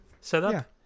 setup